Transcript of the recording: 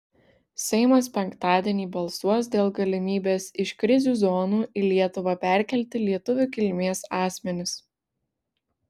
seimas penktadienį balsuos dėl galimybės iš krizių zonų į lietuvą perkelti lietuvių kilmės asmenis